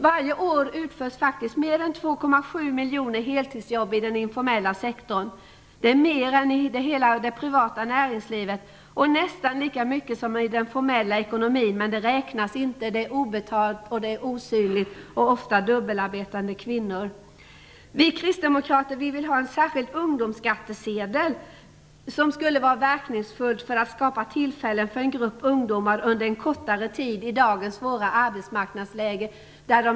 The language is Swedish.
Varje år utförs mer än 2,7 miljoner heltidsjobb i den informella sektorn. Det är mer än i hela det privata näringslivet och nästan lika mycket som i den formella ekonomin, men det räknas inte. Det är obetalt och osynligt och ofta utfört av dubbelarbetande kvinnor. Vi kristdemokrater vill ha en särskild ungdomsskattesedel, som skulle vara ett verkningsfullt sätt att skapa arbetstillfällen för en grupp ungdomar under en kortare tid i dagen svåra arbetsmarknadsläge.